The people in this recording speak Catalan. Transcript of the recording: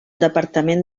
departament